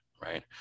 right